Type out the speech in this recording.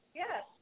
yes